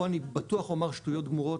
פה אני בטוח אומר שטויות גמורות,